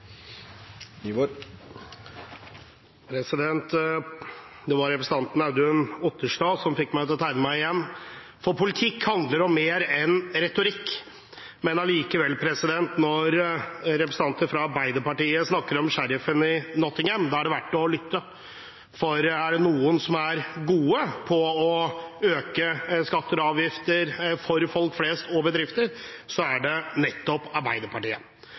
Audun Otterstad som fikk meg til å tegne meg igjen. Politikk handler om mer enn retorikk, men likevel – når representanter fra Arbeiderpartiet snakker om sheriffen av Nottingham, er det verdt å lytte, for er det noen som er gode på å øke skatter og avgifter for folk flest og bedrifter, er det nettopp Arbeiderpartiet.